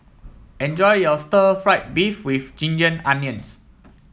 enjoy your Stir Fried Beef with Ginger Onions